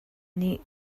nih